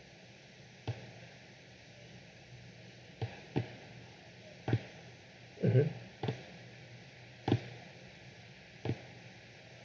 mmhmm